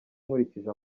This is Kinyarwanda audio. nkurikije